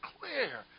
clear